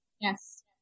Yes